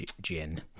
Gin